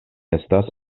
estas